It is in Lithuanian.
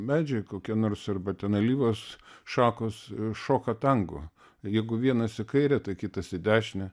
medžiai kokie nors arba ten alyvos šakos šoka tango jeigu vienas į kairę tai kitas į dešinę